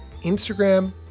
Instagram